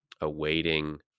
awaiting